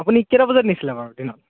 আপুনি কেইটা বজাত নিছিলে বাৰু দিনত